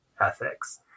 ethics